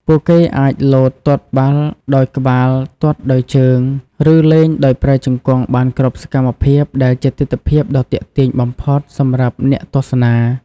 ពួកគេអាចលោតទាត់បាល់ដោយក្បាល ទាត់ដោយជើង ឬលេងដោយប្រើជង្គង់បានគ្រប់សកម្មភាពដែលជាទិដ្ឋភាពដ៏ទាក់ទាញបំផុតសម្រាប់អ្នកទស្សនា។